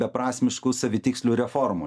beprasmiškų savitikslių reformų